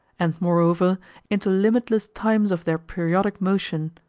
and moreover into limitless times of their periodic motion,